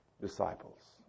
disciples